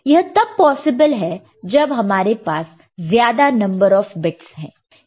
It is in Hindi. यह तब पॉसिबल है जब हमारे पास ज्यादा नंबर ऑफ बिट्स है